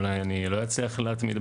לא אאריך.